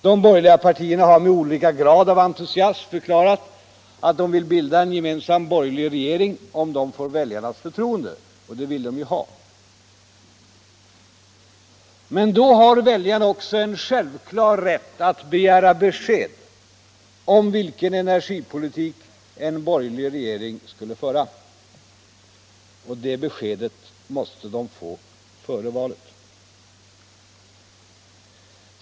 De borgerliga partierna har med olika grad av entusiasm förklarat att de vill bilda en gemensam borgerlig regering om de får väljarnas förtroende — och det vill de ju ha. Men då har ju väljarna en självklar rätt att begära besked om vilken energipolitik en borgerlig regering skulle föra. Detta besked måste de få före valet.